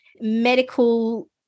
medical